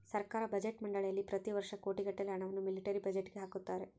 ಸರ್ಕಾರ ಬಜೆಟ್ ಮಂಡಳಿಯಲ್ಲಿ ಪ್ರತಿ ವರ್ಷ ಕೋಟಿಗಟ್ಟಲೆ ಹಣವನ್ನು ಮಿಲಿಟರಿ ಬಜೆಟ್ಗೆ ಹಾಕುತ್ತಾರೆ